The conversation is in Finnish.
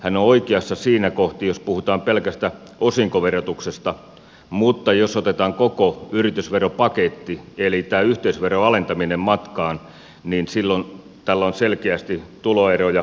hän on oikeassa siinä kohti jos puhutaan pelkästä osinkoverotuksesta mutta jos otetaan koko yritysveropaketti eli tämä yhteisöveron alentaminen matkaan niin silloin tällä on selkeästi tuloeroja kasvattava vaikutus